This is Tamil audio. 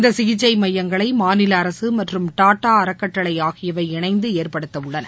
இந்த சிகிச்சை மையங்களை மாநில அரசு மற்றும் டாடா அறக்கட்டளை ஆகியவை இணைந்து ஏற்படுத்தவுள்ளன